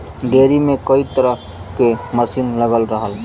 dairy में कई तरे क मसीन लगल रहला